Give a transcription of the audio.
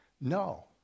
No